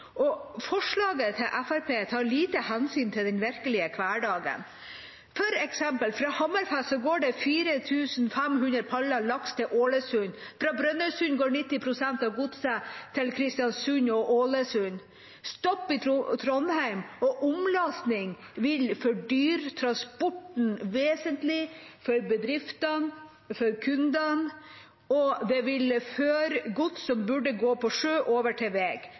Forslaget til Fremskrittspartiet tar lite hensyn til den virkelige hverdagen. For eksempel går det fra Hammerfest 4 500 paller laks til Ålesund. Fra Brønnøysund går 90 pst. av godset til Kristiansund og Ålesund. Stopp i Trondheim og omlasting vil fordyre transporten vesentlig for bedriftene og for kundene, og det vil føre gods som burde gå på sjø, over til